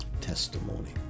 testimony